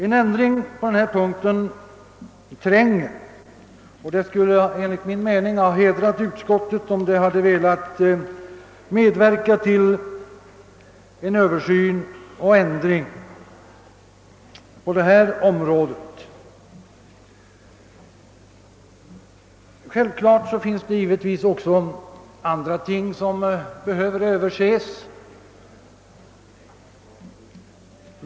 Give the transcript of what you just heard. En ändring på den punkten är trängande nödvändig, och enligt min mening skulle det ha hedrat utskottet, om utskottet hade velat medverka till en översyn och en ändring därvidlag. Självklart finns det också annat som behöver ses över.